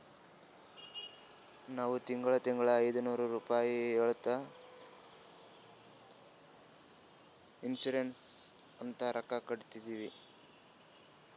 ನಾವ್ ತಿಂಗಳಾ ತಿಂಗಳಾ ಐಯ್ದನೂರ್ ರುಪಾಯಿ ಹೆಲ್ತ್ ಇನ್ಸೂರೆನ್ಸ್ ಅಂತ್ ರೊಕ್ಕಾ ಕಟ್ಟತ್ತಿವಿ